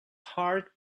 heart